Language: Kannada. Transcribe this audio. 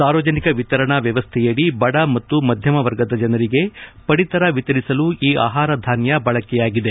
ಸಾರ್ವಜನಿಕ ವಿತರಣಾ ವ್ಯವಸ್ಥೆಯಡಿ ಬಡ ಮತ್ತು ಮಧ್ಯಮ ವರ್ಗದ ಜನರಿಗೆ ಪಡಿತರ ವಿತರಿಸಲು ಈ ಆಹಾರಧಾನ್ಯ ಬಳಕೆಯಾಗಿದೆ